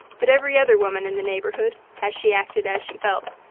but every other woman in the neighbourhood, had she acted as she felt,